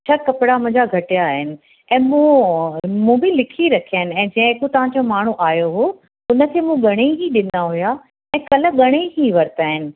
छह कपिड़ा मुंहिंजा घटिया आहिनि ऐं मूं मूं बि लिखी रखिया आहिनि ऐं जेको तव्हांजो माण्हू आयो हो उनखे मूं ॻणे ही ॾिना हुया ऐं कल्ह ॻणे ई वरिता आहिनि